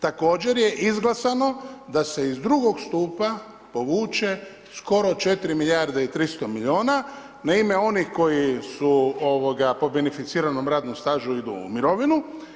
Također je izglasano, da se iz drugog stupa povuče skoro 4 milijarde i 300 milijuna na ime onih koji su po beneficiranom radnom stažu idu u mirovinu.